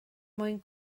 mwyn